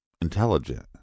intelligent